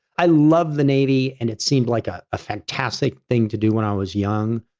i love the navy, and it seemed like a ah fantastic thing to do when i was young.